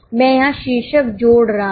मैं यहाँ शीर्षक जोड़ रहा हूँ